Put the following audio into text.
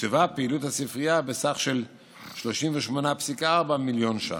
תוקצבה פעילות הספרייה בסך 38.4 מיליון ש"ח,